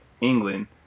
England